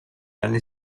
anni